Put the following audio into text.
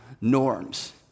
norms